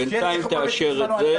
שהגביל -- בינתיים תאשר את זה,